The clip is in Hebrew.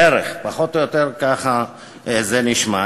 בערך, פחות או יותר ככה זה נשמע.